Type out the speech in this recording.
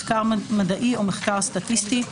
מחקר מדעי או מחקר סטטיסטי,